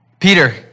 Peter